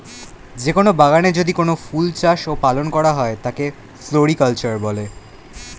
যে কোন বাগানে যদি কোনো ফুল চাষ ও পালন করা হয় তাকে ফ্লোরিকালচার বলে